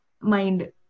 mind